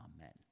Amen